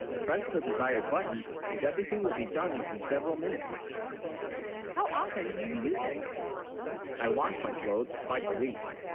press the desired button and everything will be done within several minutes how often do you use it i wash my clothes twice a week?